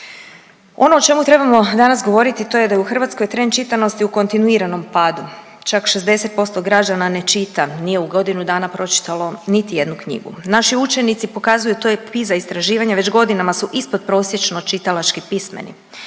Ono o čemu trebamo danas govoriti to je da je u Hrvatskoj trend čitanosti u kontinuiranom padu. Čak 60% građana ne čita, nije u godinu dana pročitalo niti jednu knjigu. Naši učenici pokazuju, to je Piza istraživanje već godinama su ispod prosječno čitalački pismeni.